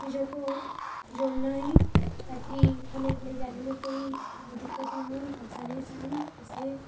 चीज़ों को जोड़ना है ताकि हमें ले जाने में कोई दिक़्क़त न हो और आसानी से हम उसे